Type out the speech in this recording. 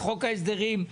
בחוק ההסדרים,